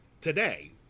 today